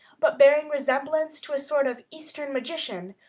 but bearing resemblance to a sort of eastern magician,